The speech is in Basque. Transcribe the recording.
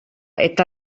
eta